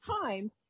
time